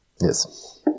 Yes